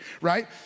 right